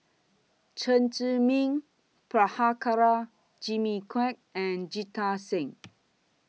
Chen Zhiming Prabhakara Jimmy Quek and Jita Singh